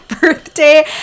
birthday